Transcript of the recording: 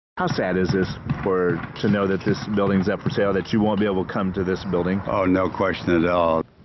how sad is this for to know that this building is up for sale, that you won't be able to come to this building? oh, no question at all,